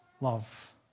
love